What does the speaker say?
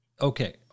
Okay